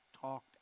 talked